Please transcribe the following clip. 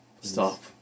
Stop